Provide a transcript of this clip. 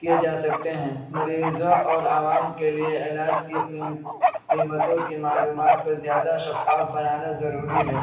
کیے جا سکتے ہیں مریضوں اور عوام کے لیے علاج کی قیمتوں کی معلومات کو زیادہ شفاف بنانا ضروری ہے